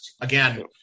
Again